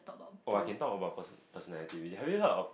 oh I can talk about perso~ personality already have you heard of